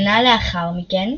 שנה לאחר מכן,